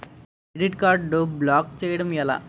Credit card block చేయడం ఎలా?